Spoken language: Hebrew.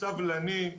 סבלני,